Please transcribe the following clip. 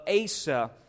Asa